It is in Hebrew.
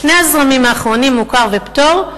שני הזרמים האחרונים, מוכר ופטור,